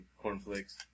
Cornflakes